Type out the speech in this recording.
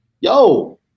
Yo